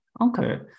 Okay